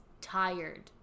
tired